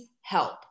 help